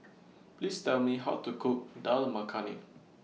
Please Tell Me How to Cook Dal Makhani